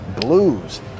blues